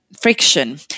friction